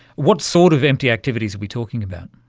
what sort of empty activities are we talking about?